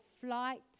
flight